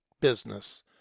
business